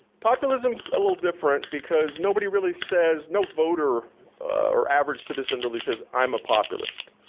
populism's a little different because nobody really says, no voter or average citizen really says i'm a populist.